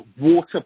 water